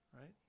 Right